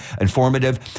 informative